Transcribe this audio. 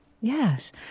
Yes